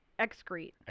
Excrete